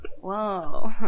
whoa